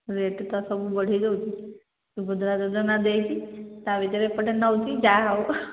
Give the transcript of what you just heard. rate ତ ସବୁ ବଢ଼େଇ ଦେଉଛି ସୁଭଦ୍ରା ଯୋଜନା ଦେଇଛି ତା ଭିତରେ ଏପଟେ ନେଉଛି ଯାହା ହେଉ